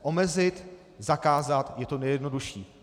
Omezit, zakázat je to nejjednodušší.